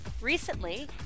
Recently